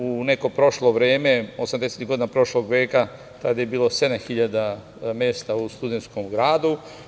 U nekom prošlom vremenu, osamdesetih godina prošlog veka je bilo 7.000 mesta u Studentskom gradu.